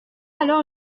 alors